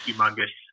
humongous